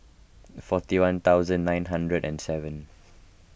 forty one thousand nine hundred and seven